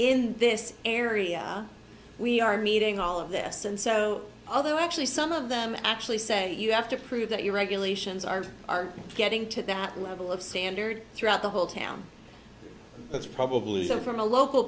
in this area we are meeting all of this and so although actually some of them actually say you have to prove that you regulations are are getting to that level of standard throughout the whole town that's probably from a local